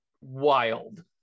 wild